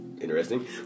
interesting